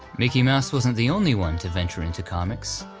mickey mouse wasn't the only one to venture into comics.